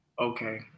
Okay